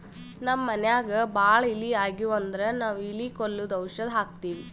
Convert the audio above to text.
ನಮ್ಮ್ ಮನ್ಯಾಗ್ ಭಾಳ್ ಇಲಿ ಆಗಿವು ಅಂದ್ರ ನಾವ್ ಇಲಿ ಕೊಲ್ಲದು ಔಷಧ್ ಹಾಕ್ತಿವಿ